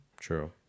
true